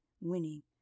winning